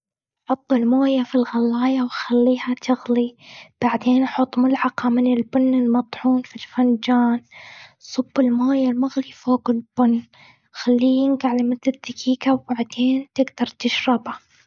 حط المويه في الغلاية، وخليها تغلي. بعدين أحط ملعقة من البن المطحون في الفنجان. صب المويه المغلي فوق البن، خليه ينقع لمدة دقيقة، وبعدين تقدر تشربها.